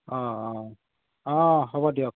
অঁ অঁ অঁ হ'ব দিয়ক